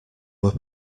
were